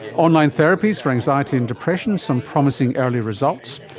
online therapies for anxiety and depression, some promising early results.